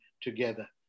together